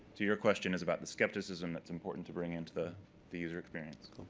to your question, is about the scepticism that's important to bring into the the user experience.